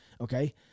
Okay